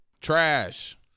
Trash